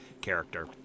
character